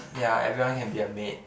ya everyone can be a maid